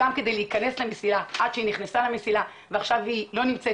גם כדי להיכנס ל"מסילה" עד שהיא נכנסה ל"מסילה" ועכשיו היא לא נמצאת,